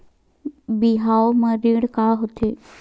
बिहाव म ऋण का होथे?